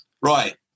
Right